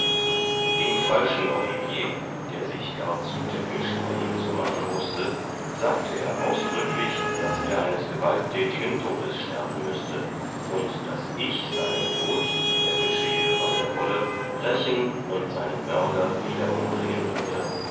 dem falschen olivier der sich gar zutäppisch bei ihm zu machen wußte sagte er ausdrücklich daß er eines gewalttätigen todes sterben müßte und daß ich seinen tod er geschehe wann er wolle rächen und seinen mörder wieder umbringen würde